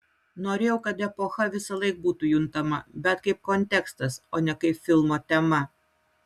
norėjau kad epocha visąlaik būtų juntama bet kaip kontekstas o ne kaip filmo tema